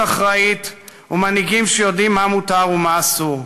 אחראית ומנהיגים שיודעים מה מותר ומה אסור.